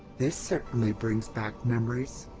this certainly brings back memories!